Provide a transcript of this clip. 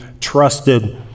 trusted